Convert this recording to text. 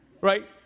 Right